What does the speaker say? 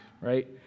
right